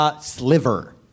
Sliver